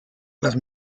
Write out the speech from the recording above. las